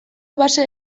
base